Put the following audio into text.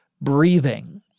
breathing